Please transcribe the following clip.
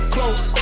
Close